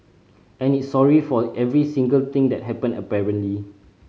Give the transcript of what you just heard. and it's sorry for every single thing that happened apparently